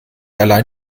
allein